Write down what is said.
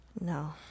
no